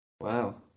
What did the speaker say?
wow